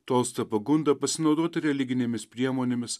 tolsta pagunda pasinaudoti religinėmis priemonėmis